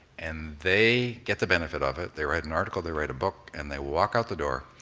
and they get the benefit of it, they write an article, they write a book, and they walk out the door,